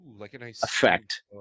effect